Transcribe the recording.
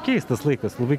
keistas laikas labai